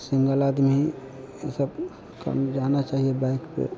single आदमी यह सब करने जाना चाहिए बाइक पर